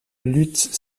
luth